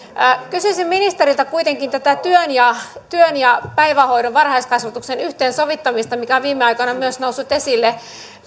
kysyisin ministeriltä kuitenkin tästä työn ja päivähoidon varhaiskasvatuksen yhteensovittamisesta mikä on viime aikoina myös noussut esille